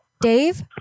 Dave